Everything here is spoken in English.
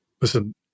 Listen